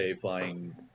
flying